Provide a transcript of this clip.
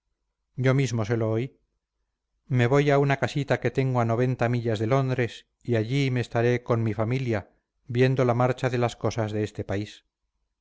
yo mismo se lo oí me voy a una casita que tengo a noventa millas de londres y allí me estaré con mi familia viendo la marcha de las cosas de este país